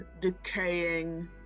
decaying